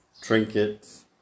Trinkets